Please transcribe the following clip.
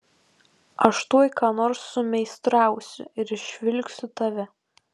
aš tuoj ką nors sumeistrausiu ir išvilksiu tave